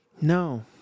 No